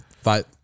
five